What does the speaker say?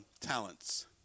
talents